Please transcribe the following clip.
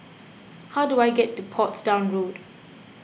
how do I get to Portsdown Road